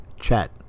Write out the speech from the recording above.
chat